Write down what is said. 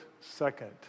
second